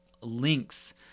links